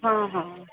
हां हां